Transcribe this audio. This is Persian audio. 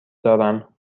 دارم